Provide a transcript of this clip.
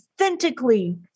authentically